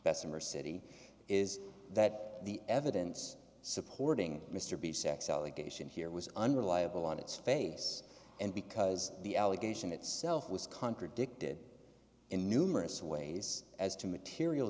bessemer city is that the evidence supporting mr b sex allegation here was unreliable on its face and because the allegation itself was contradicted in numerous ways as to material